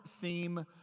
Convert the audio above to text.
theme